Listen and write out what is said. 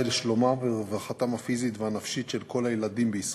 לשלומם ולרווחתם הפיזית והנפשית של כל הילדים בישראל.